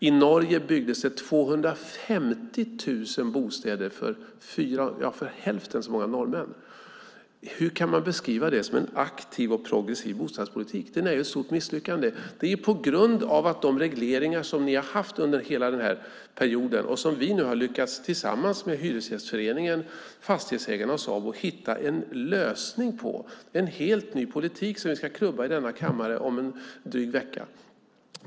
I Norge byggdes 250 000 bostäder för hälften så många norrmän. Hur kan man beskriva det som en aktiv och progressiv bostadspolitik? Den är ett stort misslyckande. De regleringar som vi har haft under hela den här perioden har vi nu tillsammans med Hyresgästföreningen, Fastighetsägarna och Sabo lyckats hitta en lösning på. Det är en helt ny politik som vi ska klubba om en dryg vecka.